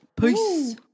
Peace